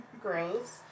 grows